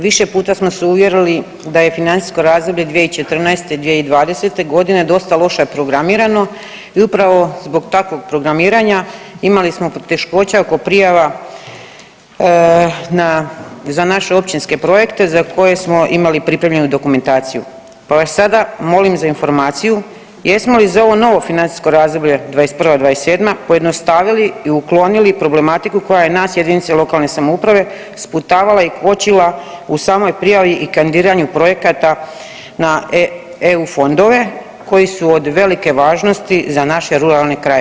Više puta smo se uvjerili da je financijsko razdoblje 2014.-2020. dosta loše programirano i upravo zbog takvog programiranja imali smo poteškoća oko prijava na, za naše općinske projekte za koje smo imali pripremljenu dokumentaciju pa vas sada molim za informaciju jesmo li za ovo novo financijsko razdoblje 2021.-2027. pojednostavili i uklonili problematiku koja je nas jedinice lokalne samouprave sputavala i kočila u samoj prijavi i kandidiranju projekata na EU fondove koji su od velike važnosti za naše ruralne krajeve.